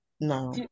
No